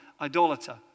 idolater